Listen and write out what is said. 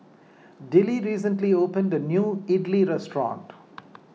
Dillie recently opened a new Idili restaurant